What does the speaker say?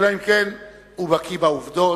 אלא אם כן הוא בקי בעובדות.